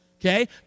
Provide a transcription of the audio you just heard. okay